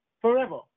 forever